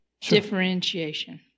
differentiation